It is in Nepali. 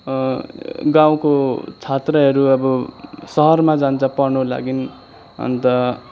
गाउँको छात्रहरू अब सहरमा जान्छ पढ्नु लागि अन्त